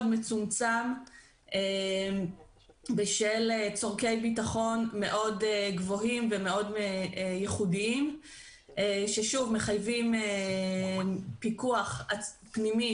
מצומצם בשל צורכי ביטחון מאוד גבוהים ומאוד ייחודיים שמחייבים פיקוח פנימי